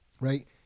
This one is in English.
Right